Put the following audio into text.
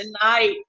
tonight